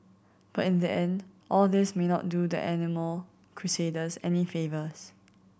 but in the end all this may not do the animal crusaders any favours